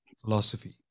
philosophy